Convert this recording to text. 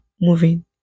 moving